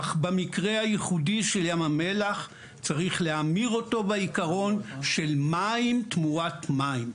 אך במקרה הייחודי של ים המלח צריך להמיר אותו בעיקרון של מים תמורת מים.